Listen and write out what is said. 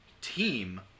team